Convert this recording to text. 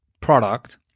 product